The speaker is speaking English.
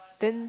then